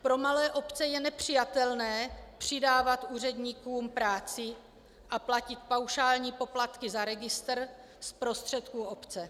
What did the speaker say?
Pro malé obce je nepřijatelné přidávat úředníkům práci a platit paušální poplatky za registr z prostředků obce.